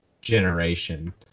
generation